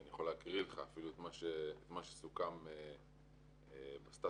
אני יכול להקריא לך את מה שסוכם בסטטוס שלנו.